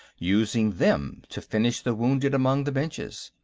using them to finish the wounded among the benches.